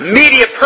media